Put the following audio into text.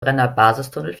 brennerbasistunnel